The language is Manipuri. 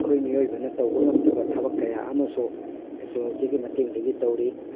ꯑꯩꯈꯣꯏ ꯃꯤꯑꯣꯏꯕꯅ ꯇꯧꯕ ꯉꯝꯗꯕ ꯊꯕꯛ ꯀꯌꯥ ꯑꯃꯁꯨ ꯇꯦꯛꯅꯣꯂꯣꯖꯤꯒꯤ ꯃꯇꯦꯡꯗꯒꯤ ꯇꯧꯔꯤ